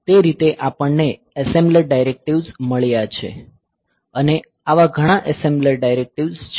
તે રીતે આપણને એસેમ્બલર ડાયરેકટિવ્સ મળ્યા છે અને આવા ઘણા એસેમ્બલર ડાયરેકટિવ્સ છે